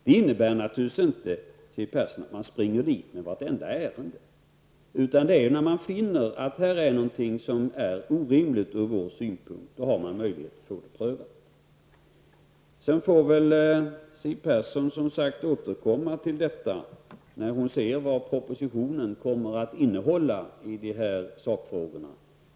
Det innebär naturligtvis inte, Siw Persson, att man springer dit med vartenda ärende, utan det är alltså när man finner att det är någonting som är orimligt ur föreningens synpunkt som man har möjlighet att få det prövat. Sedan får väl Siw Persson som sagt återkomma till detta, när hon ser vad propositionen kommer att innehålla i dessa sakfrågor.